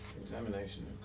Examination